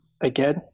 again